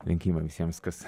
linkime visiems kas